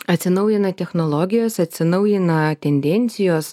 atsinaujina technologijos atsinaujina tendencijos